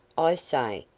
i say,